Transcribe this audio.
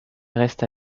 reste